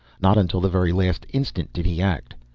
not until the very last instant did he act.